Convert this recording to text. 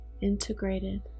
integrated